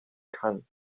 kann